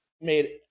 made –